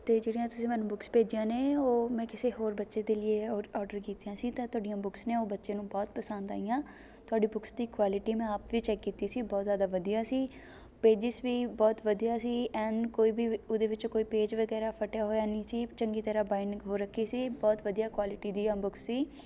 ਅਤੇ ਜਿਹੜੀਆਂ ਤੁਸੀਂ ਮੈਨੂੰ ਬੁੱਕਸ ਭੇਜੀਆਂ ਨੇ ਉਹ ਮੈਂ ਕਿਸੇ ਹੋਰ ਬੱਚੇ ਦੇ ਲੀਏ ਔ ਔਡਰ ਕੀਤੀਆਂ ਨੇ ਤਾਂ ਤੁਹਾਡੀਆਂ ਬੁੱਕਸ ਨੇ ਉਹ ਬੱਚੇ ਨੂੰ ਬਹੁਤ ਪਸੰਦ ਆਈਆਂ ਤੁਹਾਡੀ ਬੁੱਕਸ ਦੀ ਕੋਆਲਟੀ ਮੈਂ ਆਪ ਵੀ ਚੈੱਕ ਕੀਤੀ ਸੀ ਬਹੁਤ ਜ਼ਿਆਦਾ ਵਧੀਆ ਸੀ ਪੇਜਿਸ ਵੀ ਬਹੁਤ ਵਧੀਆ ਸੀ ਐਨ ਕੋਈ ਵੀ ਉਹਦੇ ਵਿੱਚ ਕੋਈ ਪੇਜ ਵਗੈਰਾ ਫਟਿਆ ਹੋਇਆ ਨਹੀਂ ਸੀ ਚੰਗੀ ਤਰ੍ਹਾਂ ਬਾਈਨਿੰਗ ਹੋ ਰੱਖੀ ਸੀ ਬਹੁਤ ਵਧੀਆ ਕੋਆਲਟੀ ਦੀਆਂ ਬੁੱਕਸ ਸੀ